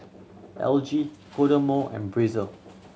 L G Kodomo and Breezer